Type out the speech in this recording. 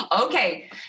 Okay